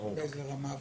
באיזו רמה?